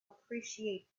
appreciate